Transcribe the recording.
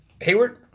Hayward